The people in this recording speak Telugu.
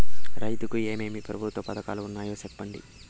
రైతుకు ఏమేమి ప్రభుత్వ పథకాలు ఉన్నాయో సెప్పండి?